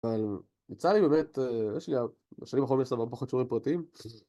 אבל מצטער לי באמת, השנים האחרונות יש להם הרבה פחות שיעורים פרטיים.